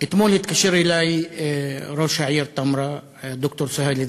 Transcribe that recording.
אתמול התקשר אלי ראש העיר תמרה, ד"ר סוהיל דיאב,